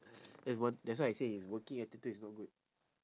that's one that's why I say his working attitude is no good